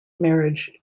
marriage